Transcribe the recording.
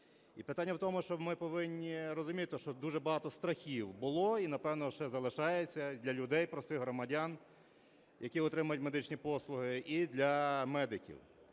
питання в тому, що ми повинні розуміти, що дуже багато страхів було і, напевно, ще залишається для людей, простих громадян, які отримують медичні послуги, і для медиків.